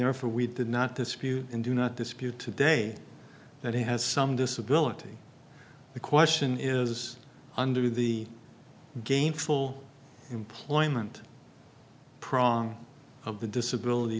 therefore we did not dispute and do not dispute today that he has some disability the question is under the game full employment prom of the disability